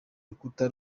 rukuta